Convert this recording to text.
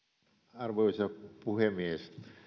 arvoisa puhemies